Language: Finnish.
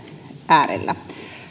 äärellä